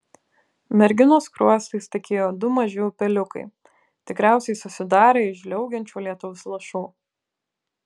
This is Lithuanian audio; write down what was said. merginos skruostais tekėjo du maži upeliukai tikriausiai susidarę iš žliaugiančio lietaus lašų